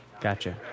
gotcha